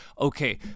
Okay